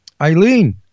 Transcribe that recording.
Eileen